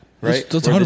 Right